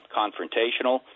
confrontational